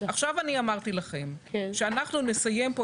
אנחנו נאריך את